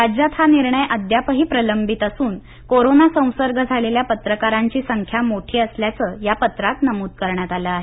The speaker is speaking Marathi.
राज्यात हा निर्णय अद्यापही प्रलंबित असून कोरोना संसर्ग झालेल्या पत्रकारांची संख्या मोठी असल्याचं या पत्रात नमूद करण्यात आलं आहे